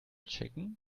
chicken